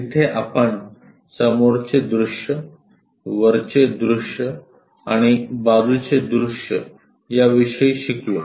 तिथे आपण समोरचे दृश्य वरचे दृश्य आणि बाजूचे दृश्य याविषयी शिकलो